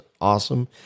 awesome